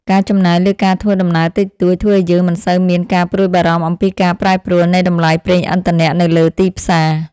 ការចំណាយលើការធ្វើដំណើរតិចតួច ធ្វើឱ្យយើងមិនសូវមានការព្រួយបារម្ភអំពីការប្រែប្រួលនៃតម្លៃប្រេងឥន្ធនៈនៅលើទីផ្សារ។